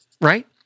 Right